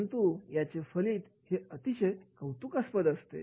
परंतु याचे फलित हे अतिशय लाभदायीअसते